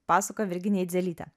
pasakoja virginija eidzelytė